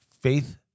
faith